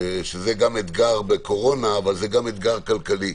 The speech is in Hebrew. שזה גם אתגר בקורונה, אבל גם אתגר כלכלי.